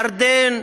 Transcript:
ירדן,